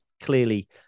clearly